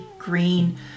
green